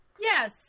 Yes